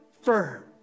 firm